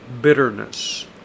bitterness